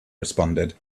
responded